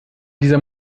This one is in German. dieser